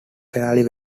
fairly